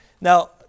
now